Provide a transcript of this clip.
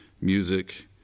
music